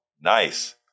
Nice